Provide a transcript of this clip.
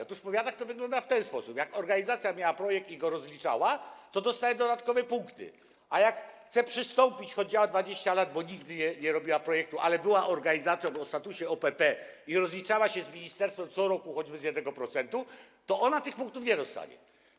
Otóż w powiatach to wygląda w ten sposób - jeżeli organizacja miała projekt i go rozliczała, to dostawała dodatkowe punkty, a kiedy chce przystąpić, a choć działa 20 lat, nigdy nie robiła projektu, ale była organizacją o statusie OPP i rozliczała się z ministerstwem co roku choćby z 1%, to tych punktów nie dostanie.